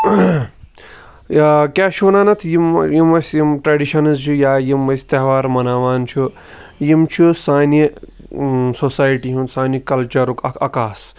یا کیاہ چھِ وَنان اتھ یِم یِم اَسہِ یِم ٹریٚڈِشَنٕز چھِ یا یِم أسۍ تہوار مَناوان چھُ یِم چھُ سانہٕ سوسایٹی ہُنٛد سانہٕ کَلچَرُک اکھ عَکاسہٕ یِم چھِ اسہِ ہاوان